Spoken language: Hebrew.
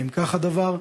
האם כך הדבר?